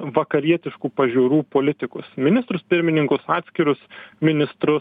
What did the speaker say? vakarietiškų pažiūrų politikus ministrus pirmininkus atskirus ministru